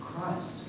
Christ